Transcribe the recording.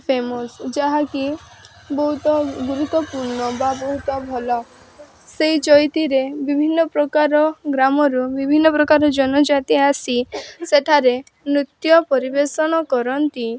famous ଯାହାକି ବହୁତ ଗୁରୁତ୍ୟପୂର୍ଣ୍ଣ ବା ବହୁତ ଭଲ ସେଇ ଚଇତିରେ ବିଭିନ୍ନପ୍ରକାର ଗ୍ରାମରୁ ବିଭିନ୍ନ ପ୍ରକାର ଜନଜାତି ଆସି ସେଠାରେ ନୃତ୍ୟ ପରିବେଷଣ କରନ୍ତି